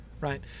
right